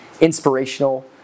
inspirational